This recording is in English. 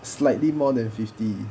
slightly more than fifty